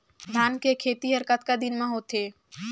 धान के खेती हर के करा दिन म होथे?